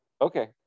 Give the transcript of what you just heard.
Okay